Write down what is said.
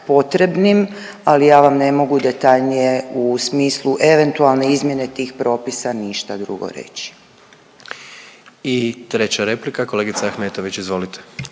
ali ja vam ne mogu detaljnije u smislu eventualne izmjene tih propisa ništa drugo reći. **Jandroković, Gordan (HDZ)** I treća replika kolegica Ahmetović, izvolite.